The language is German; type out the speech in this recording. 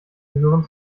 gehören